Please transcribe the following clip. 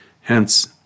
Hence